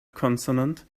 consonant